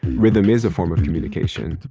rhythm is a form of communication.